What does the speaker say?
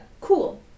Cool